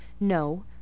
No